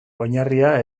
oinarria